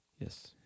Yes